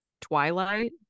Twilight